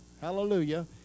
Hallelujah